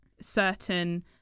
certain